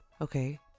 Okay